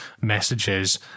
messages